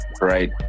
right